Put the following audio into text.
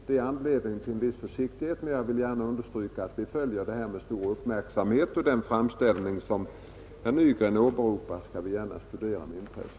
Det finns anledning till en viss försiktighet, men jag vill gärna understryka att vi följer utvecklingen med stor uppmärksamhet och att vi med intresse skall studera den framställning som herr Nygren åberopar.